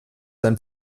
sein